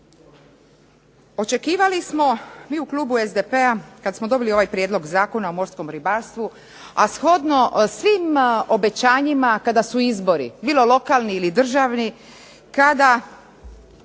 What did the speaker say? Očekivali smo, mi u klubu SDP-a, kad smo dobili ovaj prijedlog Zakona o morskom ribarstvu, a shodno svim obećanjima kada su izbori, bilo lokalni ili državni, kada